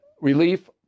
relief